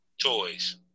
Toys